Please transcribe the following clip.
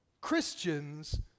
Christians